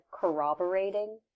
corroborating